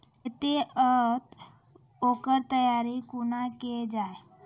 हेतै तअ ओकर तैयारी कुना केल जाय?